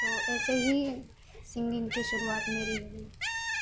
تو ایسے ہی سنگنگ کی شروعات میری ہوئی